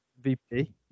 VP